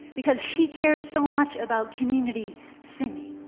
because she cares so much about community singing.